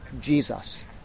Jesus